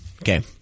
okay